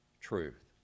truth